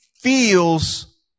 feels